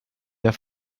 der